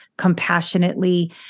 compassionately